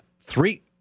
three